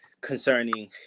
concerning